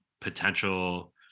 potential